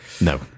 No